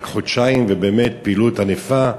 רק חודשיים ובאמת פעילות ענפה.